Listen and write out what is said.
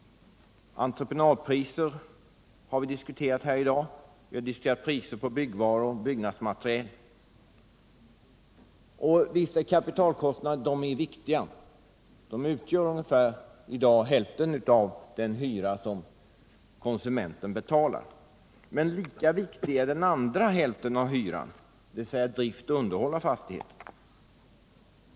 Entreprenadpriser har vi diskuterat här i dag, och vi har diskuterat priser på byggnadsmaterial. Och visst är kapitalkostnaderna viktiga. De utgör i dag ungefär hälften av den hyra som konsumenten betalar. Men lika viktig är den andra hälften av hyran, som går till drift och underhåll av fastigheten.